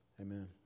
amen